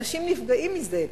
אנשים נפגעים מזה,